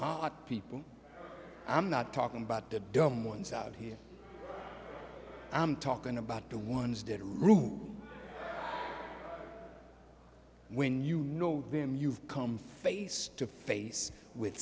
smart people i'm not talking about the dumb ones out here i'm talking about the ones that route when you know them you've come face to face with